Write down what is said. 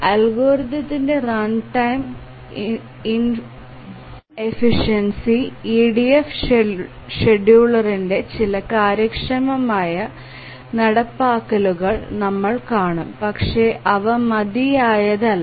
അൽഗോരിത്തിന്റെ runtime inefficiency EDF ഷെഡ്യൂളറിന്റെ ചില കാര്യക്ഷമമായ നടപ്പാക്കലുകൾ നമ്മൾ കാണും പക്ഷേ അവ മതിയായതല്ല